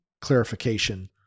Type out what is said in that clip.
clarification